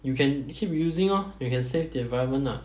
you can keep using orh you can save the environment ah